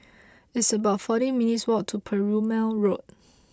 it's about forty minutes' walk to Perumal Road